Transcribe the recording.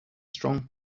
strong